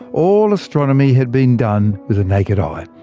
all astronomy had been done with the naked eye.